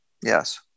yes